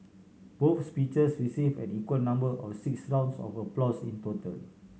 both speeches receive an equal number of six rounds of applause in total